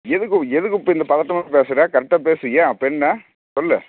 எதுக்கு எதுக்கு இப்போ இந்த பதட்டமா பேசுகிற கரெக்டாக பேசு ஏன் இப்போ என்ன சொல்லு